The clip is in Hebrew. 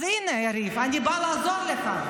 אז הינה, יריב, אני באה לעזור לך.